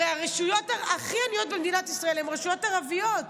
הרי הרשויות הכי עניות במדינת ישראל הן רשויות ערביות,